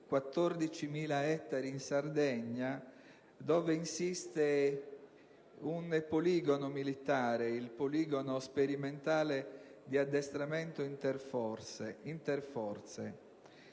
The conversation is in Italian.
14.000 ettari in Sardegna, dove insiste un poligono militare, il poligono sperimentale di addestramento interforze. In questo